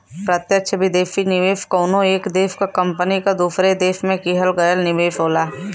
प्रत्यक्ष विदेशी निवेश कउनो एक देश क कंपनी क दूसरे देश में किहल गयल निवेश होला